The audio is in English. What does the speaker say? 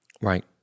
Right